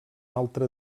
altre